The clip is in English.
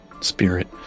spirit